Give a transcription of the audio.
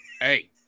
Hey